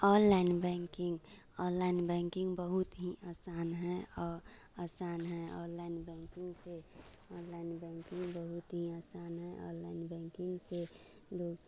online banking online banking बहुत ही आसान है औ आसान है ऑनलाइन बैंकिंग से ओनलाइन बैंकिंग बहुत ही आसान है औ आसान है ऑनलाइन बैंकिंग से दो